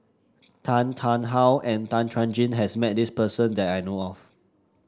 Tan Tarn How and Tan Chuan Jin has met this person that I know of